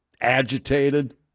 agitated